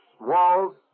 walls